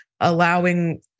allowing